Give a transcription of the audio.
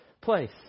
place